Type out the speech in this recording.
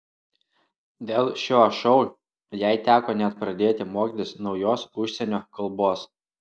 dėl šio šou jai teko net pradėti mokytis naujos užsienio kalbos